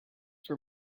for